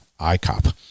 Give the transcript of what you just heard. ICOP